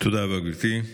תודה רבה, גברתי.